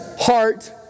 heart